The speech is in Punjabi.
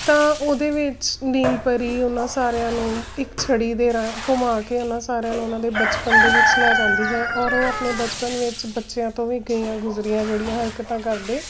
ਤਾਂ ਉਹਦੇ ਵਿੱਚ ਨੀਲ ਪਰੀ ਉਹਨਾਂ ਸਾਰਿਆਂ ਨੂੰ ਇੱਕ ਛੜੀ ਦੇ ਰਾਂ ਘੁੰਮਾ ਕੇ ਉਹਨਾਂ ਸਾਰਿਆਂ ਨੂੰ ਉਹਨਾਂ ਦੇ ਬਚਪਨ ਦੇ ਵਿੱਚ ਲੈ ਜਾਂਦੀ ਹੈ ਔਰ ਉਹ ਆਪਣੇ ਬਚਪਨ ਵਿੱਚ ਬੱਚਿਆਂ ਤੋਂ ਵੀ ਗਈਆਂ ਗੁਜਰੀਆਂ ਜਿਹੜੀਆਂ ਹਰਕਤਾਂ ਕਰਦੇ